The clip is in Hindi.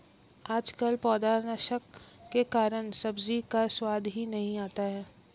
आजकल पौधनाशक के कारण सब्जी का स्वाद ही नहीं आता है